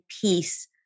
peace